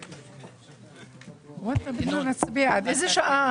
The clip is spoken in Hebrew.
(הישיבה נפסקה בשעה